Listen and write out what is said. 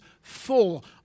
full